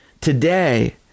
today